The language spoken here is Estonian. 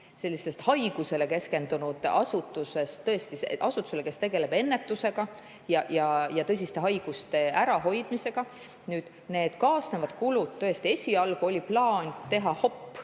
sellisest haigusele keskendunud asutusest asutuse poole, kes tegeleb ennetusega ja tõsiste haiguste ärahoidmisega. Nüüd need kaasnevad kulud. Tõesti, esialgu oli plaan teha